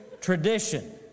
tradition